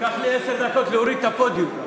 ייקח לי עשר דקות להוריד את הפודיום.